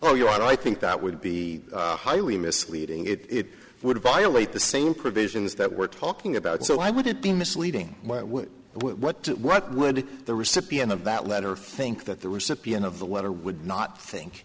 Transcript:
you i think that would be highly misleading it would violate the same provisions that we're talking about so i wouldn't be misleading what what would the recipient of that letter think that the recipient of the letter would not think